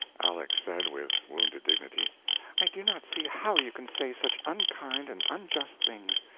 aleck said, with wounded dignity i do not see how you can say such unkind and unjust things.